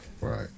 right